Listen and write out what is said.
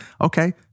Okay